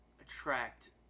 attract